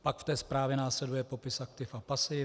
Pak v té zprávě následuje popis aktiv a pasiv.